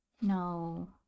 no